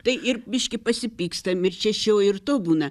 tai ir biškį pasipykstam ir čia šio ir to būna